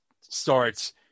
starts